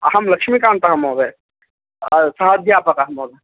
अहं लक्ष्मीकान्तः महोदय् सहाध्यापकः महोदय